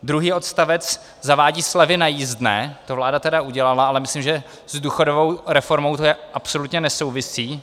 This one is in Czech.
Druhý odstavec zavádí slevy na jízdné, to vláda tedy udělala, ale myslím, že s důchodovou reformou to absolutně nesouvisí.